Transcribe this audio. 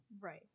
right